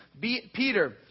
Peter